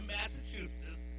Massachusetts